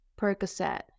Percocet